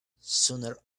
sooner